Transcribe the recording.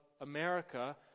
America